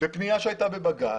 בפנייה הייתה לבג"ץ,